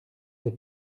des